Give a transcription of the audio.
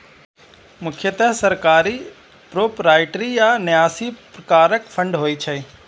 मुख्यतः सरकारी, प्रोपराइटरी आ न्यासी प्रकारक फंड होइ छै